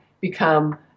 become